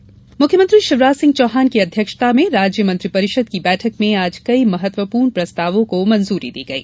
cabinet निर्णय मुख्यमंत्री शिवराज सिंह चौहान की अध्यक्षता में राज्य मंत्रिपरिषद की बैठक में आज कई महत्वपूर्ण प्रस्तावों को मंजूरी दी गई